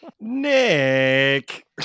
Nick